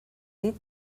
dit